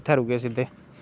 फिर होए सिद्धे